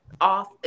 off